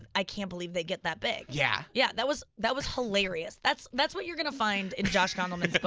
and i can't believe they get that big. yeah yeah that was that was hilarious. that's that's what you're gonna find in josh gondleman's